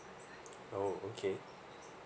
oh okay